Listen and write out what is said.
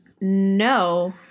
no